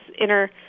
inner